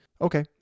Okay